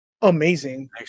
amazing